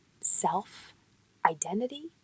self-identity